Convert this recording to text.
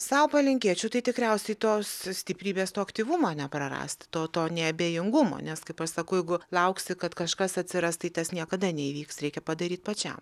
sau palinkėčiau tai tikriausiai tos stiprybės to aktyvumo neprarast to to neabejingumo nes kaip aš sakau jeigu lauksi kad kažkas atsiras tai tas niekada neįvyks reikia padaryt pačiam